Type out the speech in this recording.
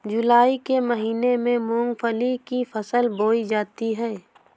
जूलाई के महीने में मूंगफली की फसल बोई जाती है